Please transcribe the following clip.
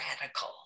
radical